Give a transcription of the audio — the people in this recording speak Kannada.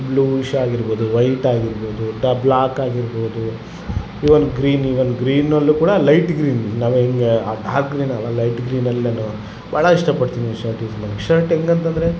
ಬ್ಲೂಯಿಶ್ ಆಗಿರ್ಬೋದು ವೈಟ್ ಆಗಿರ್ಬೋದು ಡಾ ಬ್ಲಾಕ್ ಆಗಿರ್ಬೋದು ಇವನ್ ಗ್ರೀನ್ ಇವನ್ ಗ್ರೀನಲ್ಲೂ ಕೂಡ ಲೈಟ್ ಗ್ರೀನ್ ನಾವೇ ಹೆಂಗೆ ಆ ಡಾರ್ಕ್ ಗ್ರೀನಲ್ಲ ಲೈಟ್ ಗ್ರೀನಲ್ಲೇನು ಭಾಳ ಇಷ್ಟ ಪಡ್ತೀನಿ ಶರ್ಟ್ ಯೂಸ್ ಮಾಡೋಕೆ ಶರ್ಟ್ ಹೆಂಗಂತಂದ್ರೆ